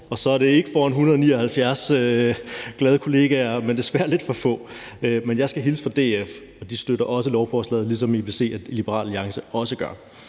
og så er det ikke foran 179 glade kollegaer, men desværre lidt for få. Men jeg skal hilse fra DF, og de støtter også lovforslaget, ligesom I vil se at Liberal Alliance gør.